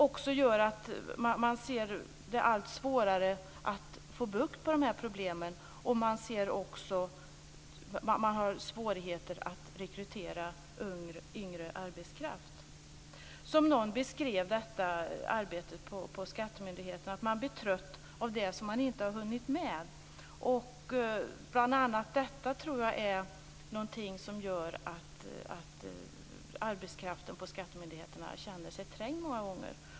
Detta gör att man får allt svårare att få bukt med problemen. Man har också svårigheter att rekrytera yngre arbetskraft. Någon beskrev arbetet på skattemyndigheterna så att man blir trött av det som man inte har hunnit med. Bl.a. detta gör att arbetskraften på skattemyndigheterna många gånger känner sig trängd.